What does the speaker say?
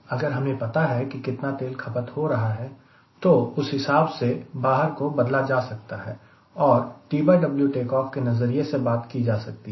अगर हमें पता है कि कितना तेल खपत हो रहा है तो उस हिसाब से बाहर को बदला जा सकता है और TW टेक ऑफ के नज़रिए से बात की जा सकती है